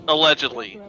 Allegedly